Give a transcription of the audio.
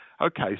okay